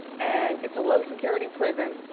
and it's a low security prison,